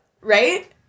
Right